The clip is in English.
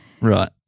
Right